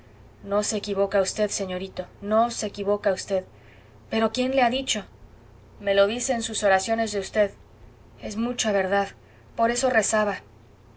no se equivoca v señorito no se equivoca usted pero quién le ha dicho me lo dicen sus oraciones de v es mucha verdad por eso rezaba